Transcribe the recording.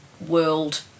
world